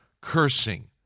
cursing